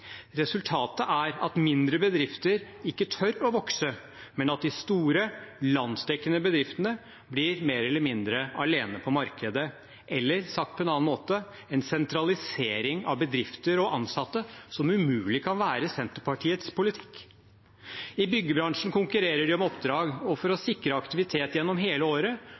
Resultatet er at mindre bedrifter ikke tør å vokse, men at de store, landsdekkende bedriftene blir mer eller mindre alene på markedet. Eller sagt på en annen måte: en sentralisering av bedrifter og ansatte, som umulig kan være Senterpartiets politikk. I byggebransjen konkurrerer man om oppdrag, og for å sikre aktivitet gjennom hele året